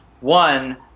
One